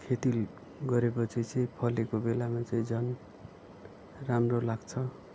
खेती गरेपछि चाहिँ फलेको बेलामा चाहिँ झन् राम्रो लाग्छ